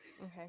Okay